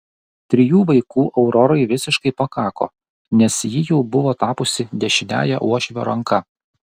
trijų vaikų aurorai visiškai pakako nes ji jau buvo tapusi dešiniąja uošvio ranka